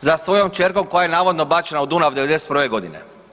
za svojom kćerkom koja je navodno bačena u Dunav '91. godine.